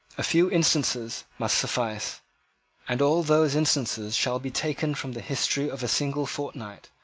a few instances must suffice and all those instances shall be taken from the history of a single fortnight,